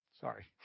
Sorry